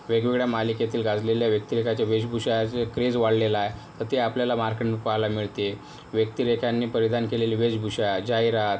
वेगवेगळ्या मालिकेतील गाजलेल्या व्यक्तीरेखाचे वेशभूषाचे क्रेझ वाढलेला आहे तर ते आपल्याला मार्केट पहायला मिळते व्यक्तिरेखांनी परिधान केलेली वेशभूषा जाहिरात